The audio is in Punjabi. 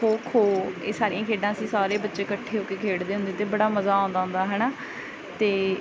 ਖੋ ਖੋ ਇਹ ਸਾਰੀਆਂ ਖੇਡਾਂ ਅਸੀਂ ਸਾਰੇ ਬੱਚੇ ਇਕੱਠੇ ਹੋ ਕੇ ਖੇਡਦੇ ਹੁੰਦੇ ਅਤੇ ਬੜਾ ਮਜ਼ਾ ਆਉਂਦਾ ਹੁੰਦਾ ਹੈ ਨਾ ਅਤੇ